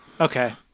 Okay